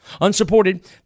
Unsupported